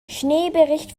schneebericht